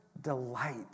delight